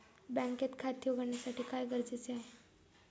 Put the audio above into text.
बँकेत खाते उघडण्यासाठी काय गरजेचे आहे?